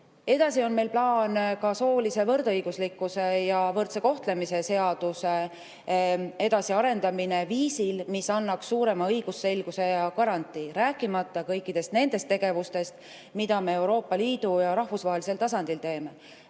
Edasi on meil plaanis ka soolise võrdõiguslikkuse ja võrdse kohtlemise seaduse edasiarendamine viisil, mis annaks suurema õigusselguse ja garantii, rääkimata kõikidest nendest tegevustest, mida me Euroopa Liidu ja rahvusvahelisel tasandil teeme.